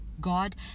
God